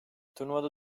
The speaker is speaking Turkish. turnuvada